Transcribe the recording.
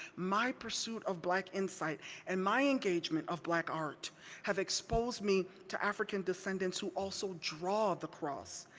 my pursuit of black insight and my engagement of black art have exposed me to african descendants who also draw the cross,